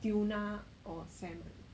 tuna or salmon